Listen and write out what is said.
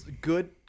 good